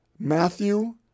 Matthew